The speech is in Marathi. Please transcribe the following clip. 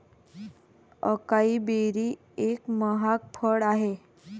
अकाई बेरी एक महाग फळ आहे